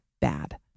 bad